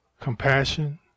compassion